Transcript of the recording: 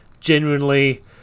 genuinely